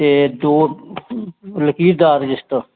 ते दौ निक्के जेह् डाक रजिस्टर